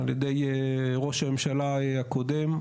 ע"י ראש הממשלה הקודם,